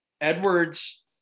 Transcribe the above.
Edwards